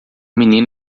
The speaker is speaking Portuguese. menino